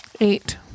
Eight